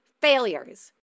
Failures